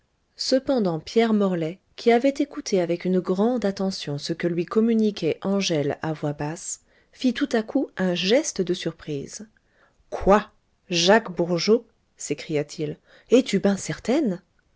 cependant pierre morlaix qui avait écouté avec une grande attention ce que lui communiquait angèle à voix basse fit tout à coup un geste de surprise quoi jacques bourgeot s'écria-t-il es-tu ben certaine